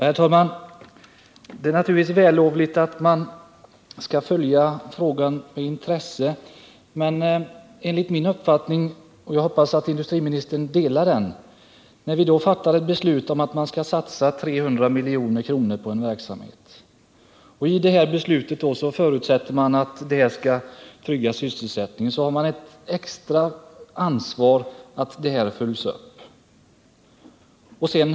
Herr talman! Det är naturligtvis vällovligt att följa frågan med intresse. Men enligt min uppfattning har man ett extra ansvar att följa upp saken, eftersom vi har fattat ett beslut om att satsa 300 milj.kr. på den här verksamheten och därvid förutsatt att detta skall trygga sysselsättningen. Jag hoppas att industriministern delar den uppfattningen.